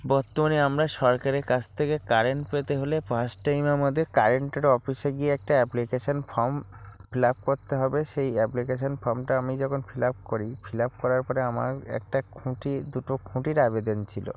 বর্তমানে আমরা সরকারের কাছ থেকে কারেন্ট পেতে হলে ফার্স্ট টাইম আমাদের কারেন্টের অফিসে গিয়ে একটা অ্যাপ্লিকেশান ফর্ম ফিল আপ করতে হবে সেই অ্যাপ্লিকেশান ফর্মটা আমি যখন ফিল আপ করি ফিল আপ করার পরে আমার একটা খুঁটি দুটো খুঁটির আবেদন ছিল